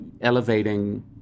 elevating